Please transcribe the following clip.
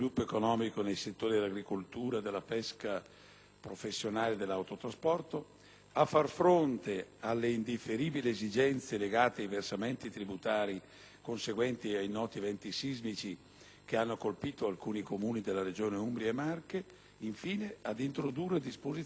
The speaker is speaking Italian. a far fronte alle indifferibili esigenze legate ai versamenti tributari conseguenti ai noti eventi sismici che hanno colpito alcuni comuni delle Regioni Umbria e Marche e, infine, a introdurre disposizioni relative agli interventi in materia di protezione civile.